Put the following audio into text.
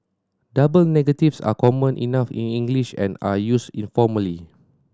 double negatives are common enough in English and are used informally